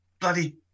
bloody